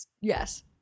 Yes